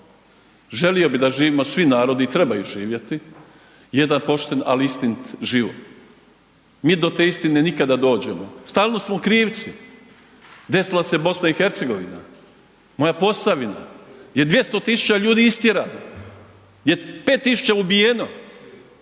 želio bi da živimo svi narodi i trebaju živjeti jedan pošten ali istinit život. Mi do te istine nikad da dođemo, stalno smo u krivci. Desila se BiH, moja Posavina gdje 200 000 ljudi je istjerano, gdje je 5000 ubijeno,